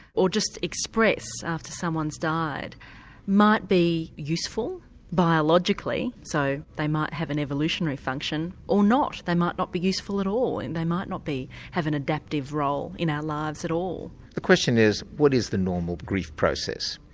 or just express after someone's died might be useful biologically so they might have an evolutionary function or not. they might not be useful at all, and they might not have an adaptive role in our lives at all. the question is, what is the normal grief process?